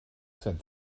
said